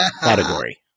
category